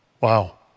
Wow